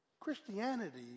Christianity